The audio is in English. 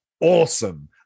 awesome